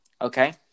Okay